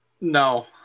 no